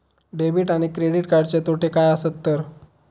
Debit आणि credit कार्डचे तोटे काय आसत तर?